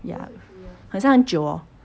ya 很像很久 hor